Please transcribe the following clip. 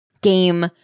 game